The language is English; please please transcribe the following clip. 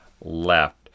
left